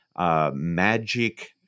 Magic